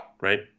right